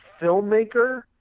filmmaker